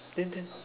then then